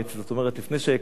לפני שהכרתי תורה,